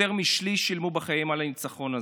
יותר משליש שילמו בחייהם על הניצחון הזה.